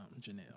Janelle